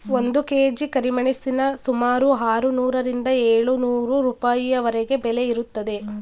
ಒಂದು ಕೆ.ಜಿ ಕರಿಮೆಣಸಿನ ಸುಮಾರು ಆರುನೂರರಿಂದ ಏಳು ನೂರು ರೂಪಾಯಿವರೆಗೆ ಬೆಲೆ ಇರುತ್ತದೆ